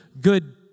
good